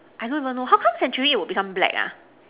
I also don't know how come century will become black ah